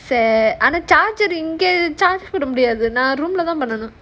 ஆனா:aanaa charger இங்க:inga charge பண்ண முடியாது நான்:panna mudiyaathu naan room lah தான் பண்ணுவேன்:thaan pannuvaen